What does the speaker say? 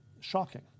shocking